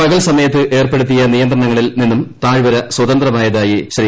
പകൽ സമയത്ത് ഏർപ്പെടുത്തിയ നിയന്ത്രണ്ണങ്ങളിൽ നിന്നും താഴ്വര സ്വതന്ത്രമായതായി ശ്രീ